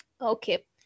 Okay